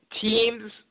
teams